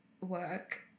work